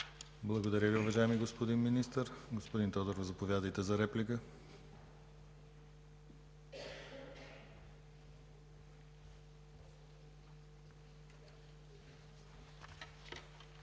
Благодаря Ви, уважаеми господин Министър. Господин Тодоров, заповядайте за реплика.